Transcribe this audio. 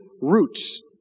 roots